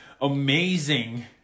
amazing